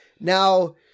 now